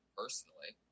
personally